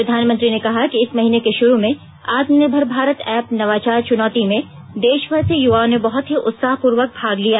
प्रधानमंत्री ने कहा कि इस महीने के शुरू में आत्मनिर्भर भारत ऐप नवाचार चुनौती में देशभर से यूवाओं ने बहत ही उत्साहपूर्वक भाग लिया